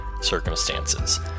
circumstances